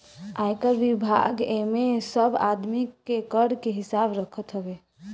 आयकर विभाग एमे सब आदमी के कर के हिसाब रखत हवे